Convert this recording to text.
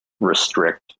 restrict